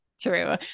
True